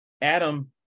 Adam